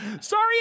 sorry